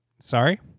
sorry